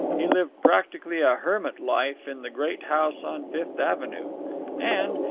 he lived practically a hermit life in the great house on fifth avenue and,